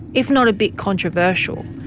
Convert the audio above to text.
if not a bit controversial.